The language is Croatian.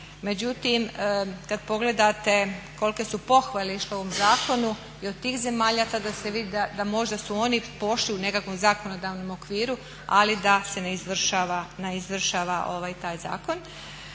Međutim, kad pogledate kolike su pohvale išle ovom zakonu i od tih zemalja, tada se vidi da možda su oni pošli u nekakvom zakonodavnom okviru, ali da se ne izvršava taj zakon.